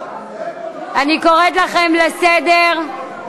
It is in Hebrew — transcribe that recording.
אני קוראת לכם לסדר.